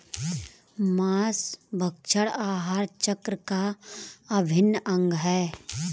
माँसभक्षण आहार चक्र का अभिन्न अंग है